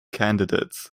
candidates